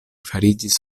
fariĝis